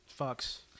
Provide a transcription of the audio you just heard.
fucks